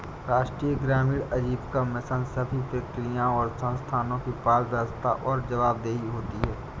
राष्ट्रीय ग्रामीण आजीविका मिशन सभी प्रक्रियाओं और संस्थानों की पारदर्शिता और जवाबदेही होती है